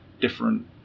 different